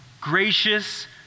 gracious